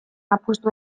apustu